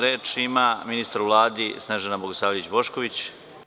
Reč ima ministar u Vladi Snežana Bogosavljević Bošković.